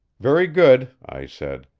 very good, i said.